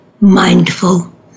mindful